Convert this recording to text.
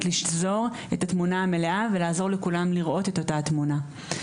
לשזור את התמונה המלאה ולעזור לכולם לראות את אותה התמונה בעצם.